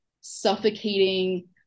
suffocating